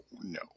no